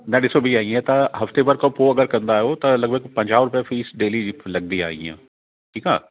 न ॾिसो भईया ईअं त हफ़्ते भर खां पोइ अगरि कंदा आहियो त लॻभॻि पंजाह रुपिया फ़ीस डेली जी लगंदी आहे ईअं ठीकु आहे